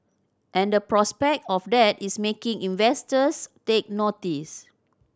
and the prospect of that is making investors take notice